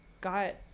got